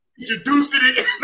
introducing